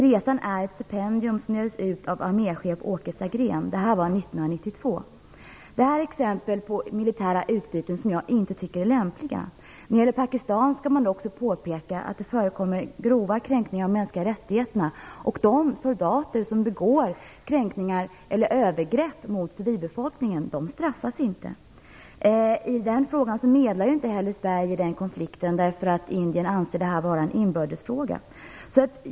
Resan var ett stipendium som delades ut av arméchef Åke Sagrén. Detta hände 1992. Detta är exempel på militära utbyten som jag inte tycker är lämpliga. När det gäller Pakistan bör det också påpekas att det där förekommer grova kränkningar av de mänskliga rättigheterna. De soldater som begår kränkningar eller övergrepp mot civilbefolkningen straffas inte. Sverige medlar ju inte heller i den konflikten eftersom Indien anser att det är en inbördesfråga.